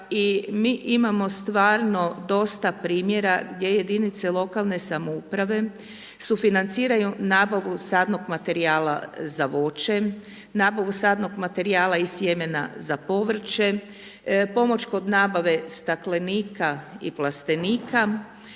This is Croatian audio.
i mi imamo stvarno dosta primjera gdje jedinice lokalne samouprave sufinanciraju nabavu sadnog materijala za voće, nabavu sadnog materijala iz sjemena za povrće, pomoć kod nabave staklenika i plastenika